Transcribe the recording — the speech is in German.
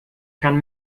kann